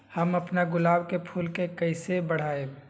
हम अपना गुलाब के फूल के कईसे बढ़ाई?